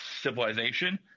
civilization